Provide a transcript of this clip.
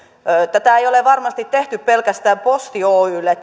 tätä lakia ei ole varmasti tehty pelkästään posti oylle